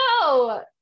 No